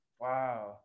wow